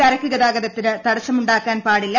ചരക്ക് ഗതാഗതത്തിന് തടസ്സമുണ്ടാക്കാൻ പാടില്ല